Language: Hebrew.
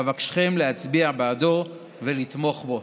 ואבקשכם להצביע בעדו ולתמוך בו,